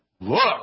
Look